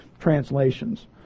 translations